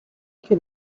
que